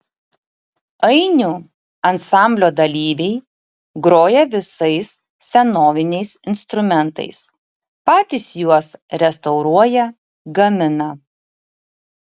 ainių ansamblio dalyviai groja visais senoviniais instrumentais patys juos restauruoja gamina